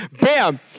bam